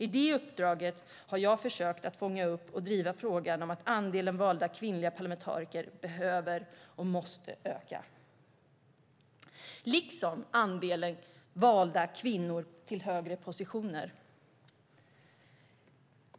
I det uppdraget har jag försökt att fånga upp och driva frågan om att andelen valda kvinnliga parlamentariker behöver och måste öka, liksom andelen valda kvinnor till högre positioner.